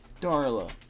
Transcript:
Darla